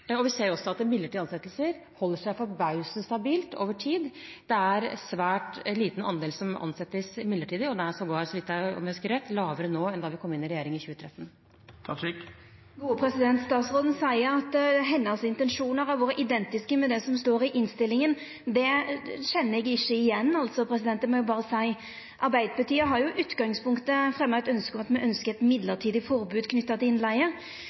og vi ser også at midlertidige ansettelser holder seg forbausende stabilt over tid. Det er en svært liten andel som ansettes midlertidig, og den er sågar, om jeg husker rett, lavere nå enn da vi kom inn i regjering i 2013. Statsråden seier at hennar intensjonar har vore identiske med det som står i innstillinga. Det kjenner eg ikkje igjen, det må eg berre seia. Arbeidarpartiet har i utgangspunktet fremja eit ønske om